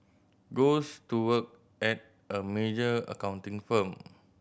goes to work at a major accounting firm